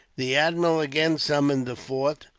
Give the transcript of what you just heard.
the admiral again summoned the fort,